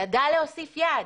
ידע להוסיף יעד.